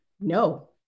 no